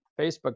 facebook